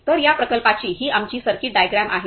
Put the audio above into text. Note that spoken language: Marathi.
तर या प्रकल्पाची ही आमची सर्किट डायग्राम आहे